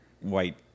white